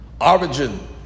origin